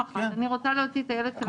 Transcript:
אני רוצה להוציא את הילד שלה מן הגן --- כן,